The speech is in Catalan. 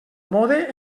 mode